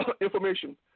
information